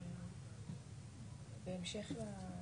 עשרה.